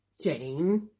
Jane